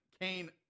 Kane